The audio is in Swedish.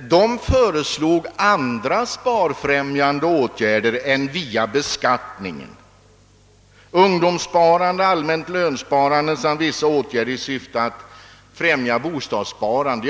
Den föreslog andra sparfrämjande åtgärder än via beskattningen: ungdomssparande, allmänt lönsparande samt vissa åtgärder i syfte att främja bostadssparande.